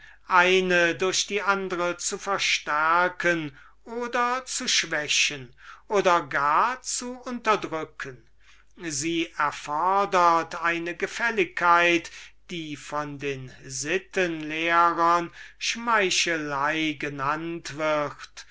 eine durch die andre zu verstärken oder zu schwächen oder gar zu unterdrucken sie erfodert eine gefälligkeit die von den sittenlehrern schmeichelei genennt wird